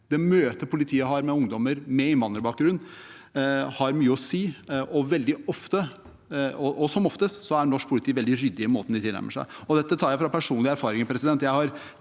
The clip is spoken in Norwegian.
Det møtet politiet har med ungdommer med innvandrerbakgrunn, har mye å si, og som oftest er norsk politi veldig ryddige i måten de tilnærmer seg. Og dette tar jeg fra personlig erfaring, for som